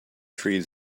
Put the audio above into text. trees